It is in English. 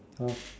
oh